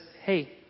Hey